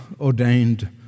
ordained